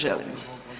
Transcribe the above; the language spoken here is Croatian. Želimo.